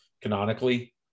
canonically